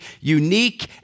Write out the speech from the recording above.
unique